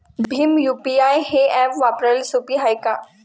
Bhim UPI हे app वापराले सोपे हाय का?